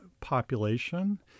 population